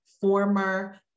former